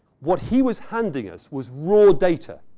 what he was handing us was raw data.